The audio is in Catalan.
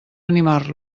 animar